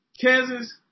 Kansas